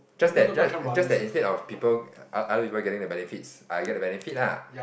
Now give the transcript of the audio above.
just that just just that instead of people other people getting the benefits I get the benefit lah